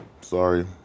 sorry